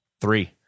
Three